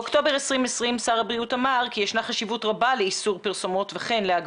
אני קודם כל מקבלת, שואבת הרבה תקווה והשראה